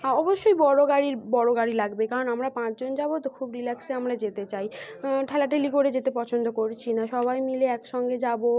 হ্যাঁ অবশ্যই বড় গাড়ি বড় গাড়ি লাগবে কারণ আমরা পাঁচজন যাব তো খুব রিল্যাক্সে আমরা যেতে চাই ঠেলাঠেলি করে যেতে পছন্দ করছি না সবাই মিলে একসঙ্গে যাব